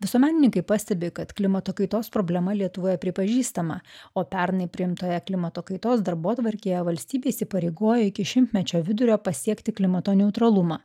visuomenininkai pastebi kad klimato kaitos problema lietuvoje pripažįstama o pernai priimtoje klimato kaitos darbotvarkėje valstybė įsipareigojo iki šimtmečio vidurio pasiekti klimato neutralumą